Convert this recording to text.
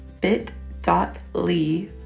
bit.ly